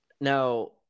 now